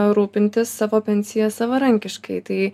rūpintis savo pensija savarankiškai tai